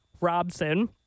Robson